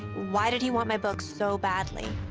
why did he want my book so badly?